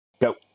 Go